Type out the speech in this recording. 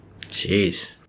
Jeez